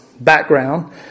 background